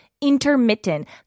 intermittent